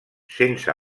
sense